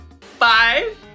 five